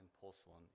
porcelain